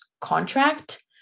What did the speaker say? contract